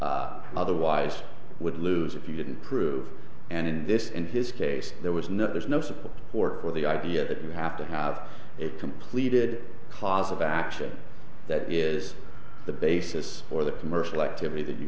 you otherwise would lose if you didn't prove and this in his case there was no there's no support for the idea that you have to have it completed clause of action that is the basis for the commercial activity that you